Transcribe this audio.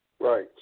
Right